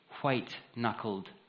white-knuckled